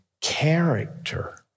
character